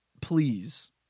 please